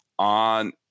on